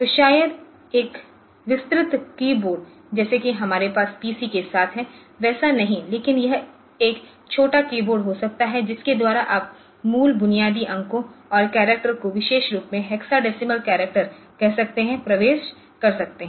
तो शायद एक विस्तृत कीयबोर्ड जैसा कि हमारे पास पीसी के साथ है वैसा नहीं लेकिन यह एक छोटा कीयबोर्ड हो सकता है जिसके द्वारा आप मूल बुनियादी अंकों और कैरेक्टर को विशेष रूप से हेक्साडेसिमल कैरेक्टर कह सकते हैं प्रवेश कर सकते हैं